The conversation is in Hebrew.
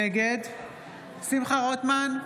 נגד שמחה רוטמן,